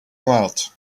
out